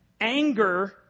anger